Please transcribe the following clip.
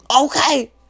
Okay